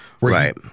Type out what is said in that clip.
right